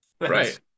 Right